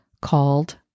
called